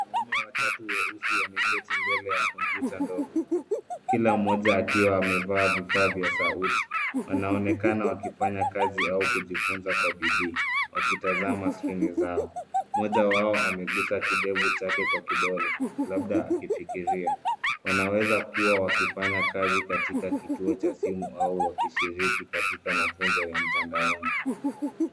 Wanaume watatu weusi wameketi mbele ya kompyuta ndogo, kila mmoja akiwa amevaa vifaa vya sauti. Wanaonekana wakifanya kazi au kujifunza kwa bidii wakitazama skrini zao. Moja wao amegusa kidevu chake kwa kidole, labda akifikiria. Wanaweza kuwa wakifanya kazi katika kituo cha simu au wakishiriki katika mafunzo ya mtandaoni.